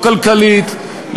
לא כלכלית,